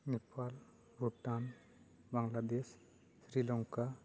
Nepal Bhutan Bangladesh Sri Lanka